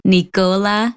Nicola